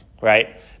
Right